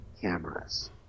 cameras